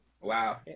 wow